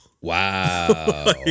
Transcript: Wow